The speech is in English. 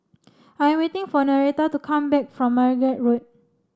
I am waiting for Noretta to come back from Margate Road